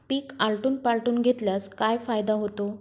पीक आलटून पालटून घेतल्यास काय फायदा होतो?